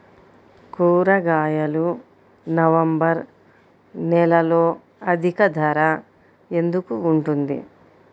కూరగాయలు నవంబర్ నెలలో అధిక ధర ఎందుకు ఉంటుంది?